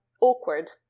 awkward